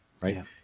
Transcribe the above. right